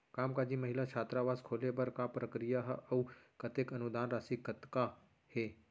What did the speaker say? कामकाजी महिला छात्रावास खोले बर का प्रक्रिया ह अऊ कतेक अनुदान राशि कतका हे?